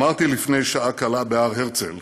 אמרתי לפני שעה קלה בהר הרצל